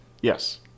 Yes